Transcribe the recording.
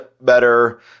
better